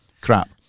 Crap